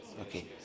Okay